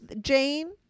Jane